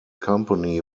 company